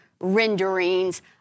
renderings